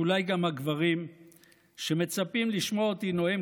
ואולי גם לגברים שמצפים לשמוע אותי נואם